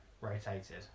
rotated